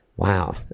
wow